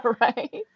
right